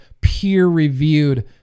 peer-reviewed